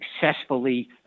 successfully